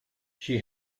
she